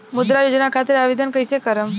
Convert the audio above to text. मुद्रा योजना खातिर आवेदन कईसे करेम?